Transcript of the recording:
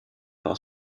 par